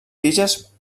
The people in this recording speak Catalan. tiges